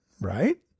right